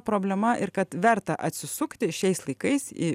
problema ir kad verta atsisukti šiais laikais į